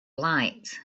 light